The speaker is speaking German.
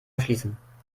schließen